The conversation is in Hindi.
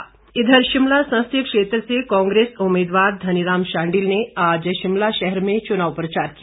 कांग्रेस प्रचार इधर शिमला संसदीय क्षेत्र से कांग्रेस उम्मीदवार धनीराम शांडिल ने आज शिमला शहर में चुनाव प्रचार किया